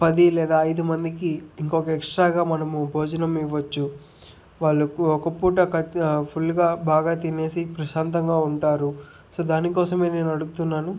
పది లేదా ఐదు మందికి ఇంకొక ఎక్స్ట్రాగా మనము భోజనం ఇవచ్చు వాళ్ళు ఒకపూట ఫుల్గా బాగా తినేసి ప్రశాంతంగా ఉంటారు సో దాని కోసమే నేను అడుగుతున్నాను